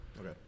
Okay